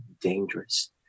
dangerous